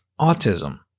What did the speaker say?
autism